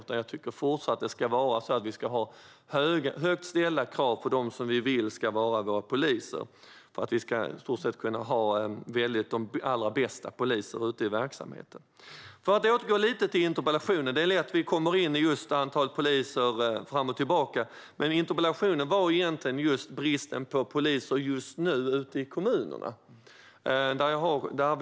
Vi ska även fortsättningsvis ha högt ställda krav på dem som vi vill ska vara våra poliser för att vi ska kunna ha de allra bästa poliserna ute i verksamheten. Låt mig återgå till interpellationen. Det är lätt att vi kommer in på antalet poliser fram och tillbaka, men interpellationen handlar ju om bristen på poliser ute i kommunerna just nu.